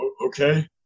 Okay